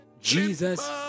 Jesus